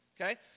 Okay